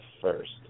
first